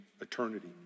eternity